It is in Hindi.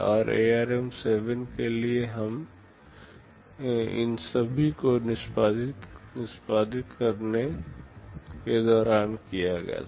और ARM7 के लिए इन सभी को निष्पादित करने के दौरान किया गया था